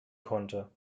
konnte